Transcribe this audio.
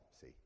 see